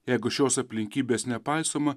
jeigu šios aplinkybės nepaisoma